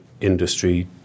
industry